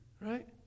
Right